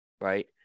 right